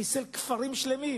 הוא חיסל כפרים שלמים.